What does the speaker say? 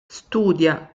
studia